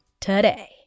today